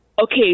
okay